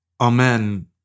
Amen